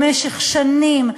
במשך שנים,